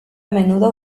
menudo